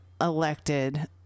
elected